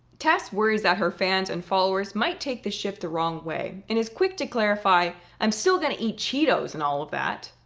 tess worries that her fans and followers might take the shift the wrong way. and as quick to clarify, i'm still gonna eat cheetos and all of that.